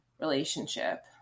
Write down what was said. relationship